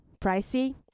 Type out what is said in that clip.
pricey